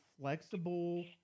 flexible